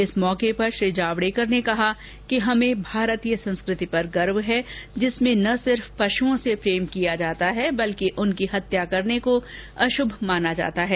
इस अवसर पर श्री जावडेकर ने कहा कि हमें भारतीय संस्कृति पर गर्व है जिसमें न सिर्फ पशुओं से प्रेम किया जाता है बल्कि उनकी हत्या करने को अशुभ माना जाता है